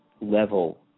level